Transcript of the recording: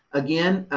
again,